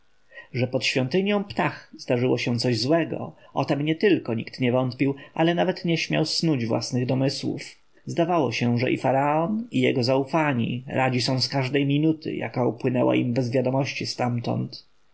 że pod świątynią ptah zdarzyło się coś złego o tem nietylko nikt nie wątpił ale nawet nie śmiał snuć własnych domysłów zdawało się że i faraon i jego zaufani radzi są z każdej minuty jaka upłynęła im bez wiadomości stamtąd